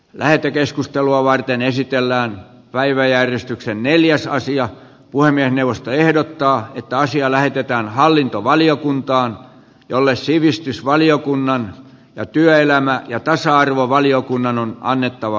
lähetekeskustelua varten esitellään päiväjärjestyksen neljäs sija puhemiesneuvosto ehdottaa että asia lähetetään hallintovaliokuntaan jolle sivistysvaliokunnan ja työelämää ja tasa arvovaliokunnan on annettava